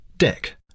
Deck